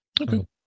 Okay